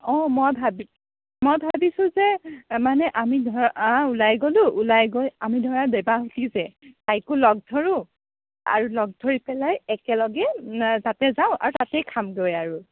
অ মই মই ভাবিছোঁ যে মানে আমি ধৰা ওলাই গ'লোঁ ওলাই গৈ আমি ধৰা দেবাহুতি যে তাইকো লগ ধৰোঁ আৰু লগ ধৰি পেলাই একেলগে আ তাতে যাওঁ আৰু তাতে খামগৈ আৰু